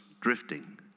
drifting